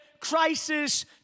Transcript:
crisis